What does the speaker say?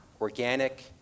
organic